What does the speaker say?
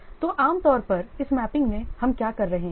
तो आम तौर पर इस मैपिंग में हम क्या कर रहे हैं